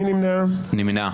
מי נמנע?